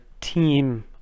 team